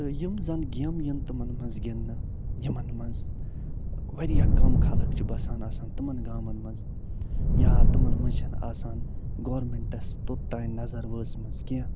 تہٕ یِم زَنہٕ گیمہٕ یِن تِمَن منٛز گِنٛدنہٕ یِمَن منٛز واریاہ کَم خلق چھِ بسان آسان تِمَن گامَن منٛز یا تِمَن منٛز چھِنہٕ آسان گورمٮ۪نٛٹَس توٚتام نظر وٲژمٕژ کیٚنہہ